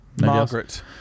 Margaret